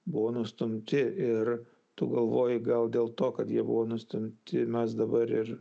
buvo nustumti ir tu galvoji gal dėl to kad jie buvo nustumti mes dabar ir